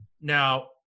Now